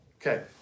Okay